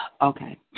Okay